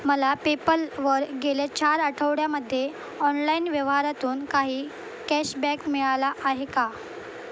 मला पेपलवर गेल्या चार आठवड्यामध्ये ऑनलाईन व्यवहारातून काही कॅशबॅक मिळाला आहे का